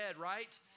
right